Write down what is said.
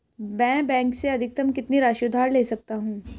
मैं बैंक से अधिकतम कितनी राशि उधार ले सकता हूँ?